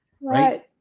right